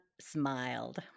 smiled